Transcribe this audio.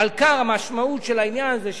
מלכ"ר, המשמעות של העניין זה שאדם,